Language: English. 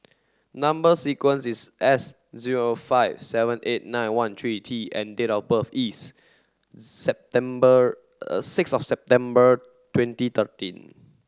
number sequence is S zero five seven eight nine one three T and date of birth is September six of September twenty thirteen